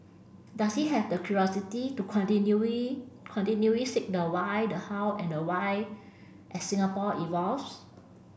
does he have the curiosity to continually continually seek the why the how and the why as Singapore evolves